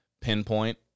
pinpoint